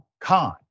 Khan